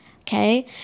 okay